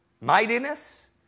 mightiness